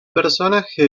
personaje